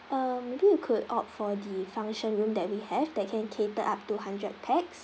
um maybe you could opt for the function room that we have that can cater up to hundred pax